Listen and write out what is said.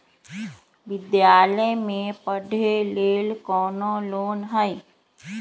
विद्यालय में पढ़े लेल कौनो लोन हई?